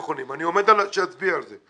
אני עומד על כך ואני מבקש להצביע על כך.